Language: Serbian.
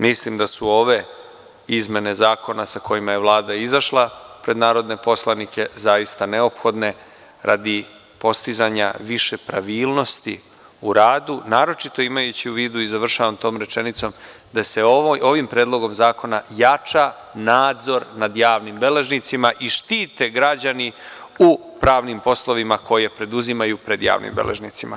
Mislim da su ove izmene zakona sa kojima je Vlada izašla pred narodne poslanike zaista neophodne radi postizanja više pravilnosti u radu, naročito, imajući u vidu, i završavam tom rečenicom, da se ovim predlogom zakona jača nadzor nad javnim beležnicima i štite građani u pravnim poslovima koje preduzimaju pred javnim beležnicima.